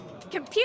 Computer